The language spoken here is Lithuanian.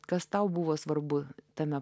kas tau buvo svarbu tame